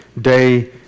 day